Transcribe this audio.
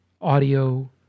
audio